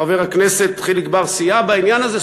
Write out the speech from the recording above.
חבר הכנסת חיליק בר סייע בעניין הזה,